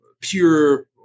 pure